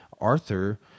Arthur